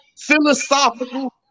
philosophical